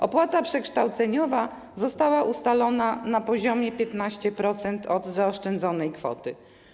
Opłata za przekształcenie została ustalona na poziomie 15% od zaoszczędzonej kwoty.